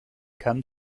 come